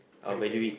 how do you get it